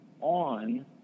on